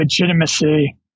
legitimacy